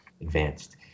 advanced